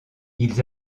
ils